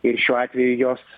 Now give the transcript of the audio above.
ir šiuo atveju jos